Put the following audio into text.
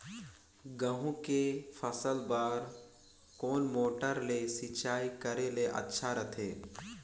गहूं के फसल बार कोन मोटर ले सिंचाई करे ले अच्छा रथे?